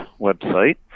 website